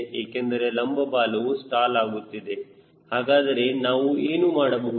ಏಕೆಂದರೆ ಲಂಬ ಬಾಲವು ಸ್ಟಾಲ್ ಆಗುತ್ತಿದೆ ಹಾಗಾದರೆ ನಾವು ಏನು ಮಾಡಬಹುದು